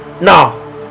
Now